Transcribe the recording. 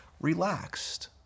relaxed